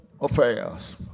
affairs